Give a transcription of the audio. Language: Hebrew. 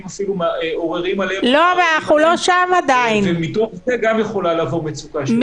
אפילו עוררים עליהן ומתוך זה יכולה גם לבוא מצוקה אצל ההורים.